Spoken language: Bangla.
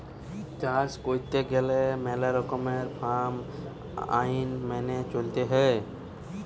চাষ কইরতে গেলে মেলা রকমের ফার্ম আইন মেনে চলতে হৈ